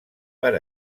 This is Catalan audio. per